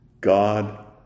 God